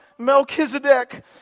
Melchizedek